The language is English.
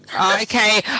okay